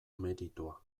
meritua